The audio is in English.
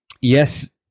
yes